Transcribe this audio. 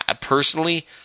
personally